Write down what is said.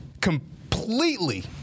Completely